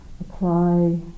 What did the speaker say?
apply